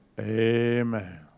Amen